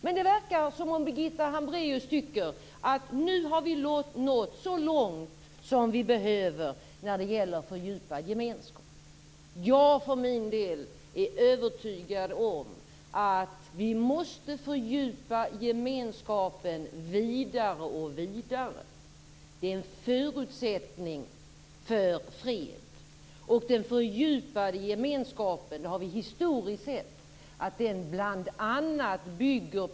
Men det verkar som Birgitta Hambraeus tycker att nu har vi nått så långt som vi behöver när det gäller fördjupad gemenskap. Jag för min del är övertygad om att vi måste fördjupa gemenskapen vidare och vidare. Det är en förutsättning för fred. Den fördjupade gemenskapen bygger bl.a. på att vi skapar gemensamma regler.